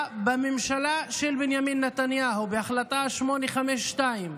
בממשלה של בנימין נתניהו בהחלטה 852,